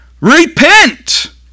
Repent